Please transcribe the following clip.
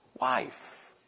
wife